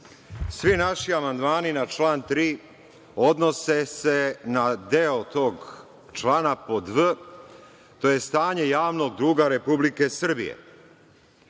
svi naši amandmani na član 3. odnose se na deo tog člana pod v) – stanje javnog duga Republike Srbije. Prema